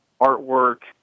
artwork